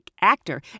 actor